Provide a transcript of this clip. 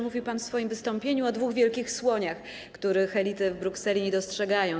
Mówił pan w swoim wystąpieniu o dwóch wielkich słoniach, których elity w Brukseli nie dostrzegają.